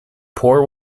poor